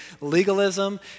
legalism